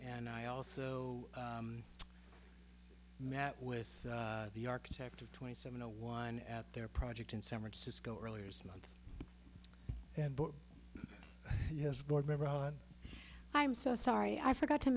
and i also met with the architect of twenty seven a one at their project in san francisco earlier this month and yes board member i'm so sorry i forgot to